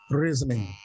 reasoning